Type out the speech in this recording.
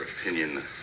opinion